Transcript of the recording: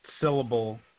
syllable